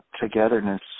togetherness